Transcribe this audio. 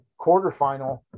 quarterfinal